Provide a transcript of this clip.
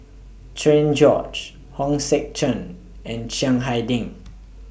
Cherian George Hong Sek Chern and Chiang Hai Ding